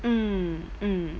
mm mm